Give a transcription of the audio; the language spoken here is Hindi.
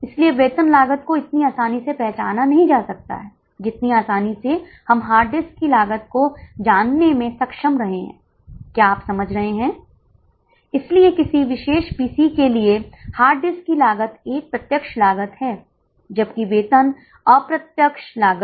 अब बी भाग में यह पूछा गया है कि स्कूल कुछ नगरपालिका स्कूल के छात्रों की मदद करना चाहता है और उन्हें रियायती शुल्क पर हमारे सामान्य छात्रों के साथ लिया जाएगा क्योंकि वे 500 रुपये खर्च करने में सक्षम नहीं होंगे